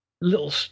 little